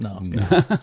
no